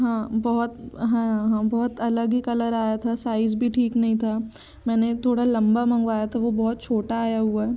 हाँ बहुत हाँ हाँ बहुत अलग ही कलर आया था साइज़ भी ठीक नहीं था मैंने थोड़ा लंबा मंगवाया था वो बहुत छोटा आया हुआ है